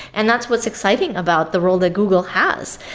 and that's what's exciting about the role that google has.